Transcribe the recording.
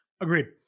Agreed